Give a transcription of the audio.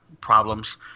problems